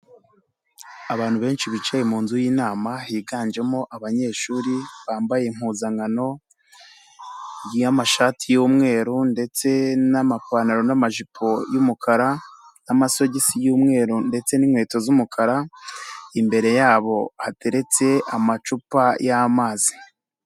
Abantu benshi bicaye mu nzu y'inama higanjemo abanyeshuri bambaye impuzankano y'amashati y'umweru ndetse n'amapantaro n'amajipo y'umukara n'amasogisi y'umweru ndetse n'inkweto z'umukara, imbere yabo hateretse amacupa y'amazi.